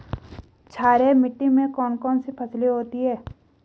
क्षारीय मिट्टी में कौन कौन सी फसलें होती हैं?